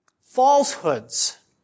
falsehoods